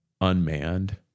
unmanned